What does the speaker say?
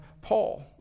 Paul